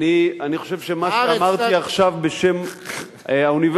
אני חושב שמה שאמרתי עכשיו בשם האוניברסיטה,